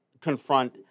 confront